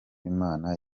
imana